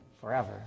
forever